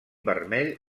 vermell